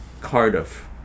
cardiff